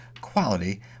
quality